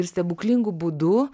ir stebuklingu būdu